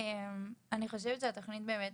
אני חושבת שהתוכנית באמת,